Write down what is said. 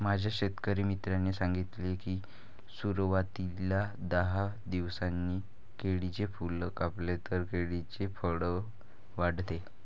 माझ्या शेतकरी मित्राने सांगितले की, सुरवातीला दहा दिवसांनी केळीचे फूल कापले तर केळीचे फळ वाढते